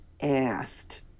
asked